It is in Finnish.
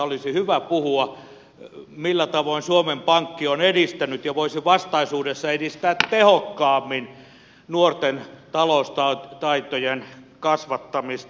olisi hyvä puhua millä tavoin suomen pankki on edistänyt ja voisi vastaisuudessa edistää tehokkaammin nuorten taloustaitojen kasvattamista